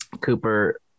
Cooper